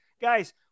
Guys